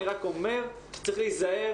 אני רק אומר שצריך להיזהר